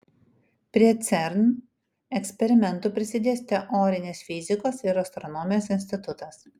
prie cern eksperimentų prisidės teorinės fizikos ir astronomijos institutas